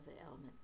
element